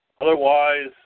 Otherwise